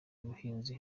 y’ubuhinzi